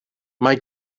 mae